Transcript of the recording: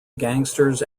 gangsters